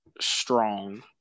strong